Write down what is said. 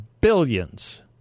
Billions